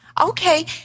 Okay